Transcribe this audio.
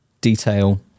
detail